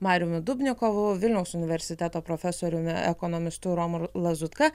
mariumi dubnikovu vilniaus universiteto profesoriumi ekonomistu romu lazutka